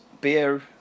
Beer